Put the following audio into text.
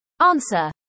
Answer